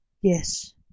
Yes